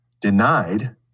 denied